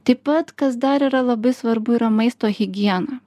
taip pat kas dar yra labai svarbu yra maisto higiena